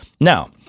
Now